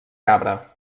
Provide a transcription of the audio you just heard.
cabra